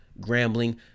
Grambling